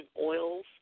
oils